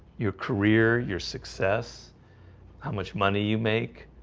your career your success how much money you make?